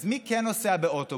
אז מי כן נוסע באוטובוס?